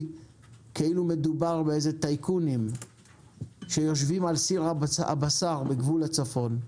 כאילו מדובר בטייקונים שיושבים על סיר הבשר בגבול הצפון.